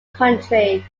country